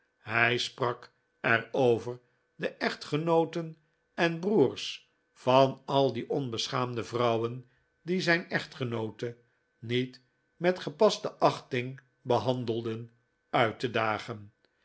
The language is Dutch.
hij sprak er over de echtgenooten en broers van al die onbeschaamde vrouwen die zijn echtgenoote niet met gepaste achting behandelden uit te dagen